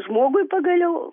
žmogui pagaliau